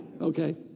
okay